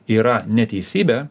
yra neteisybė